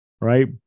Right